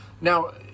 Now